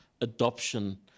adoption